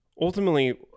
ultimately